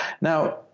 Now